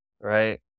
right